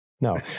no